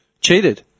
Cheated